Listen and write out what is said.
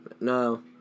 no